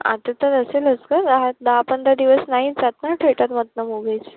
आता तर असेलच गं राहतं दहा पंधरा दिवस नाही जात ना थेटरमधून मूव्हीज